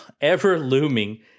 ever-looming